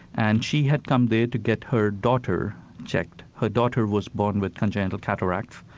and she had come there to get her daughter checked. her daughter was born with congenital cataracts,